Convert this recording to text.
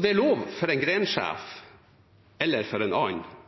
Det er lov for en